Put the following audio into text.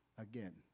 Again